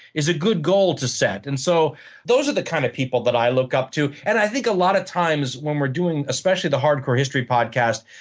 is a good goal to set. and so those are the kind of people that i look up to. and i think a lot of times when we're doing especially the hardcore history podcast,